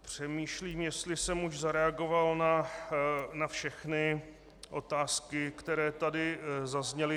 Přemýšlím, jestli jsem už zareagoval na všechny otázky, které tady zazněly.